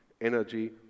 energy